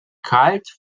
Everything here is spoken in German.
kalt